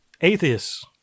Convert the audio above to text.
atheists